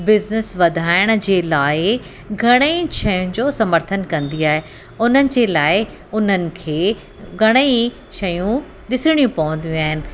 business वधाइण जे लाइ घणेई शयुनि जो समर्थन कंदी आहे उन्हनि जे लाइ उन्हनि खे घणेई शयूं ॾिसणियूं पवंदियूं आहिनि